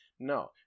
No